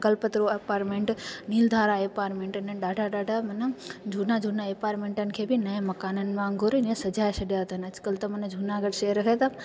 Kalpataru apartment Neel Dhara apartment आहिनि ॾाढा ॾाढा मन झूना झूना एपारमैंटनि खे नऐं मकाननि वांगुरु हीअं सजाये छॾिया अथनि अॼुकल्ह हुन जूनागढ़ शहर खे त